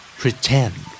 pretend